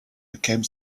became